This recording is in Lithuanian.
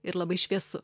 ir labai šviesu